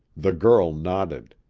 the girl nodded.